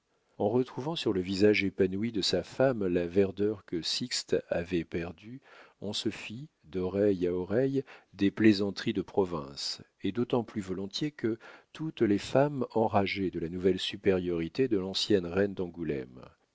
en retrouvant sur le visage épanoui de sa femme la verdeur que sixte avait perdue on se fit d'oreille à oreille des plaisanteries de province et d'autant plus volontiers que toutes les femmes enrageaient de la nouvelle supériorité de l'ancienne reine